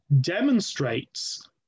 demonstrates